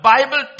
Bible